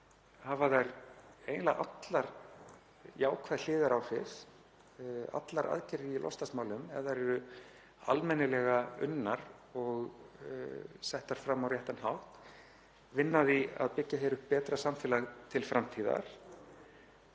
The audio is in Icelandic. hafa þær eiginlega allar jákvæð hliðaráhrif. Allar aðgerðir í loftslagsmálum, ef þær eru almennilega unnar og settar fram á réttan hátt, vinna að því að byggja upp betra samfélag til framtíðar.